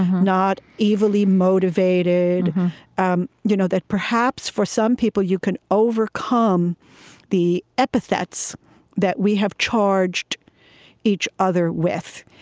not evilly motivated um you know that perhaps for some people you can overcome the epithets that we have charged each other with.